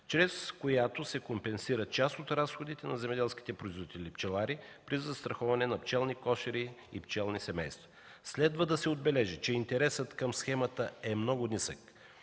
чрез която се компенсират част от разходите на земеделските производители пчелари при застраховане на пчелни кошери и пчелни семейства. Следва да се отбележи, че интересът към схемата е много нисък,